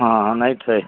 हाँ हाँ नहीं ठै